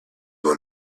will